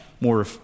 more –